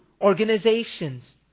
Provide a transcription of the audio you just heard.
organizations